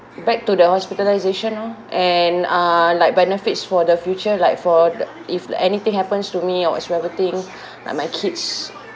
back to the hospitalisation lor and uh like benefits for the future like for the if like anything happens to me or whatsoever thing like my kids